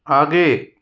आगे